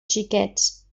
xiquets